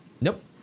nope